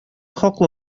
хаклы